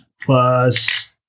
plus